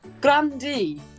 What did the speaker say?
Grandi